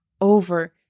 over